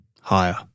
Higher